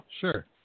Sure